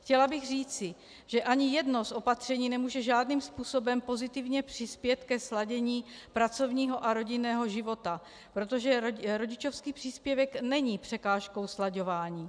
Chtěla bych říci, že ani jedno z opatření nemůže žádným způsobem pozitivně přispět ke sladění pracovního a rodinného života, protože rodičovský příspěvek není překážkou slaďování.